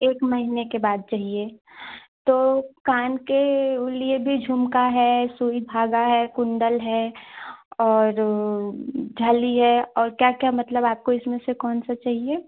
एक महीने के बाद चाहिए तो कान के लिए भी झुमका है सुई धागा है कुण्डल है और झाली है और क्या क्या मतलब आपको इसमें से कौन सा चाहिए